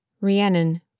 Rhiannon